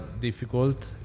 difficult